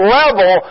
level